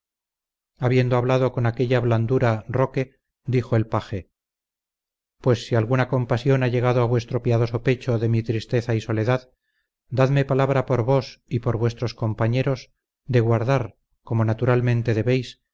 habiendo hablado con aquella blandura roque dijo el paje pues si alguna compasión ha llegado a vuestro piadoso pecho de mi tristeza y soledad dadme palabra por vos y por vuestros compañeros de guardar como naturalmente debéis